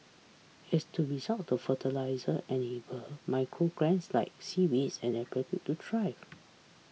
as the result of the fertiliser enable macro algae like seaweed and grape to thrive